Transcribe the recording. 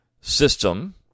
system